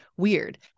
Weird